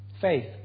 Faith